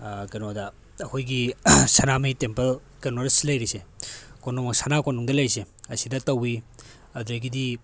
ꯀꯩꯅꯣꯗ ꯑꯩꯈꯣꯏꯒꯤ ꯁꯅꯥꯃꯍꯤ ꯇꯦꯝꯄꯜ ꯀꯩꯅꯣ ꯂꯩꯔꯤꯁꯦ ꯀꯣꯅꯨꯡ ꯁꯅꯥ ꯀꯣꯅꯨꯡꯗ ꯂꯩꯔꯤꯁꯦ ꯑꯁꯤꯗ ꯇꯧꯋꯤ ꯑꯗꯒꯤꯗꯤ